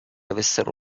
avessero